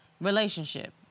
relationship